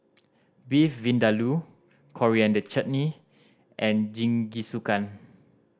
Beef Vindaloo Coriander Chutney and Jingisukan